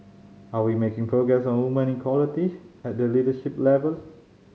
are we making progress on women equality at the leadership level